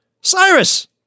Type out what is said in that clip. Cyrus